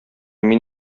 мин